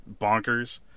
bonkers